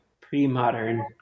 pre-modern